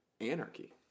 anarchy